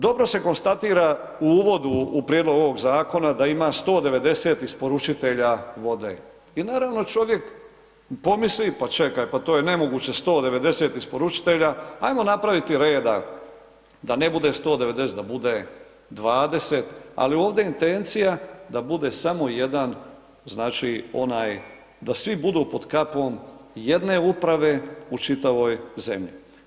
Dobro se konstatira u uvodu u prijedlogu ovog zakona da ima 190 isporučitelja vode i naravno čovjek pomisli pa čekaj to je nemoguće 190 isporučitelja, ajmo napraviti reda da ne bude 190, da bude 20, ali ovdje je intencija da bude samo jedan znači onaj, da svi budu pod kapom jedne uprave u čitavoj zemlji.